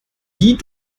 die